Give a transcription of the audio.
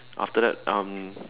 after that um